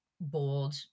bold